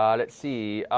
um let's see.